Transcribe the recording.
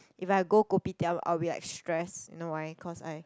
if I go Kopitiam I'll be like stress you know why cause I